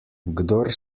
kdor